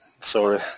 sorry